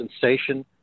sensation